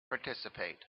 participate